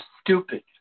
stupid